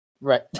Right